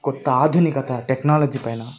కొత్త ఆధునికత టెక్నాలజి పైన